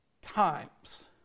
times